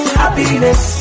happiness